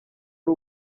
ari